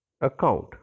account